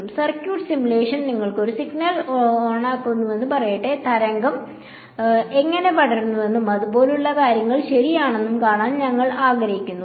circuit simulation നിങ്ങൾ ഒരു signal ഓണാക്കുന്നുവെന്ന് പറയട്ടെ തരംഗം എങ്ങനെ പടരുന്നുവെന്നും അതുപോലുള്ള കാര്യങ്ങൾ ശരിയാണെന്നും കാണാൻ നിങ്ങൾ ആഗ്രഹിക്കുന്നു